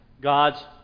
God's